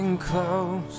Close